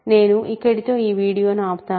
నేను ఇక్కడితో ఈ వీడియోను ఆపుతాను